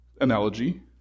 analogy